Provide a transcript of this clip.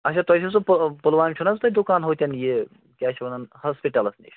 اچھا تۄہہِ چھُو سُہ پُل پُلوامہِ چھُو نہ حظ تۄہہِ دُکان ہُتٮ۪ن یہِ کیٛاہ چھِ ونان ہاسپِٹَلس نِش